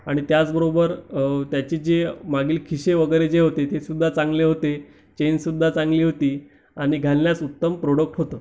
आणि त्याचबरोबर त्याची जी मागील खिसे वगैरे जे होते ते सुद्धा चांगले होते चेनसुद्धा चांगली होती आणि घालण्यास उत्तम प्रोडक्ट होतं